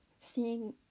seeing